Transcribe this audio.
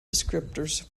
descriptors